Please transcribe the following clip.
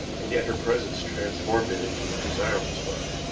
and yet her presence transformed it into a desirable spot.